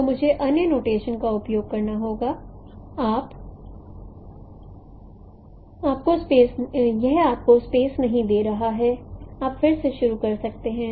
तो मुझे अन्य नोटेशन का उपयोग करना होगा यह आपको स्पेस नहीं दे रहा है आप फिर से शुरू कर सकते हैं